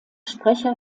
sprecher